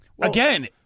Again